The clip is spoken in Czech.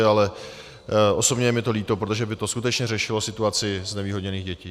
Ale osobně je mi to líto, protože by to skutečně řešilo situaci znevýhodněných dětí.